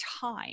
time